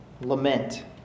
lament